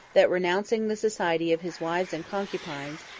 that, renouncing the society of his wives and concubines,